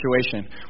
situation